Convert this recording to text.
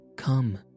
Come